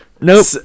Nope